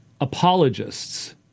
apologists